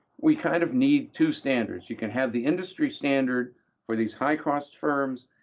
we kind of need two standards. you can have the industry standard for these high-cost firms,